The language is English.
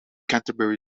canterbury